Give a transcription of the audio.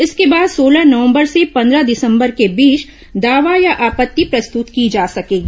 इसके बाद सोलह नवंबर से पंद्रह दिसंबर के बीच दावा या आपत्ति प्रस्तृत की जा सकेगी